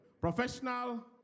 Professional